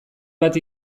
bat